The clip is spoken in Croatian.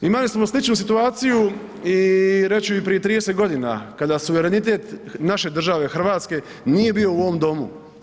Imali smo sličnu situaciju, reći ću i prije 30 godina kada suverenitet naše države Hrvatske nije bio u ovom Domu.